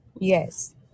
yes